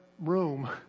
room